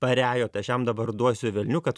parejo tai aš jam dabar duosiu velnių kad